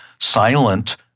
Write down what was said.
silent